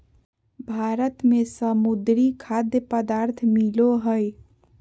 भारत में समुद्री खाद्य पदार्थ मिलो हइ